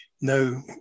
no